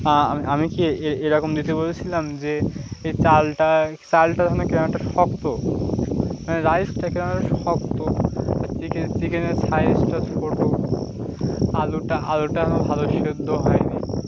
আমি আমি কি এ এরকম দিতে বলেছিলাম যে এই চালটা চালটা ধরুন কেননা শক্ত মানে রাইসটা কেননা শক্ত চিকেন চিকেনের সাইজটা ছোটো আলুটা আলুটা ধরো ভালো সেদ্ধ হয় নি